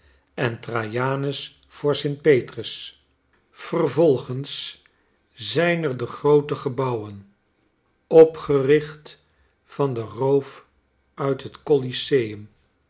en trajanus voor st petrus yervolgens zijn er de groote gebouwen opgericht van den roof uit het c